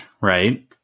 right